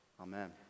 Amen